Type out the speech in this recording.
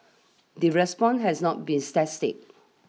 the response has not be static